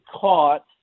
caught